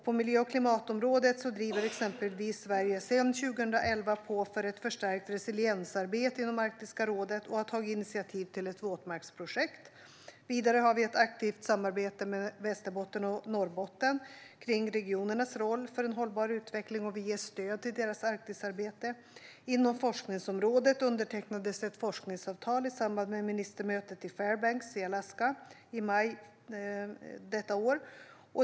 På miljö och klimatområdet har Sverige exempelvis drivit på sedan 2011 för ett förstärkt resiliensarbete inom Arktiska rådet och tagit initiativ till ett våtmarksprojekt. Vidare har vi ett aktivt samarbete med Västerbotten och Norrbotten kring regionernas roll för en hållbar utveckling och ger stöd till deras Arktisarbete. Inom forskningsområdet undertecknades ett forskningsavtal i samband med ministermötet i Fairbanks i Alaska i maj detta år.